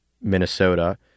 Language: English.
Minnesota